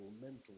mental